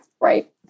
right